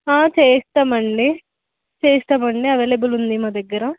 చేస్తాము అండి చేస్తాము అండి ఎవైలబుల్ ఉంది మా దగ్గర